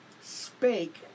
spake